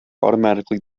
automatically